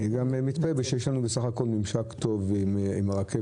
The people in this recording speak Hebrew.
אני גם מתפלא בגלל שיש לנו בסך הכול ממשק טוב עם הרכבת.